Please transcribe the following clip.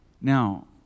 Now